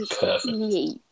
Perfect